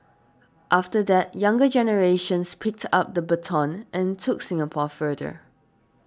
after that younger generations picked up the baton and took Singapore further